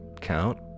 count